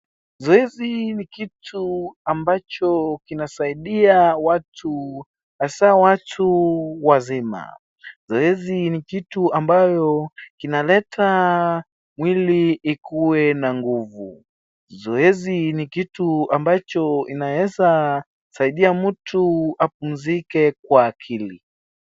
Zoezi ni kitu ambacho kinasaidia watu hasa watu wazima. Zoezi ni kitu ambayo kinaleta mwili ikuwe na nguvu. Zoezi ni kitu ambayo inaeza saidia mtu apumzike kwa akili.